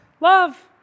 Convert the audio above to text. Love